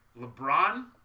LeBron